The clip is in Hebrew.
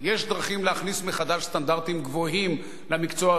יש דרכים להכניס מחדש סטנדרטים גבוהים למקצוע הזה.